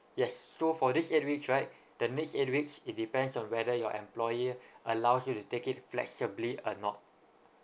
yes so for this eight weeks right the next eight weeks it depends on whether your employer allows you to take it flexibly or not